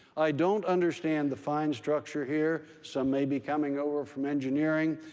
i don't understand the fine structure here. some may be coming over from engineering.